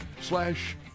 slash